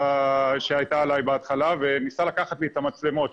עליי בהתחלה וניסה לקחת לי את המצלמות,